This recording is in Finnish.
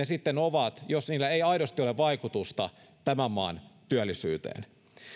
sitten ovat jos niillä ei aidosti ole vaikutusta tämän maan työllisyyteen